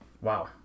Wow